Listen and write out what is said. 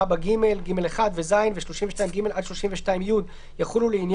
כי מוסד המקיים פעילות חינוך (בסעיף זה מוסד) פתוח ללומדים,